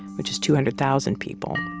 which is two hundred thousand people.